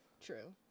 True